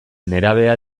nerabea